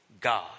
God